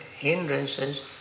hindrances